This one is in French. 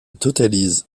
totalise